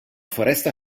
foresta